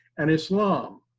and islam.